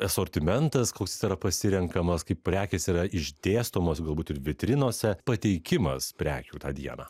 asortimentas koks yra pasirenkamas kaip prekės yra išdėstomos galbūt ir vitrinose pateikimas prekių tą dieną